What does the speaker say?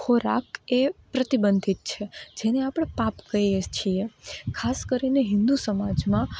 ખોરાક એ પ્રતિબંધિત છે જેને આપણે પાપ કહીએ છીએ ખાસ કરીને હિન્દુ સમાજમાં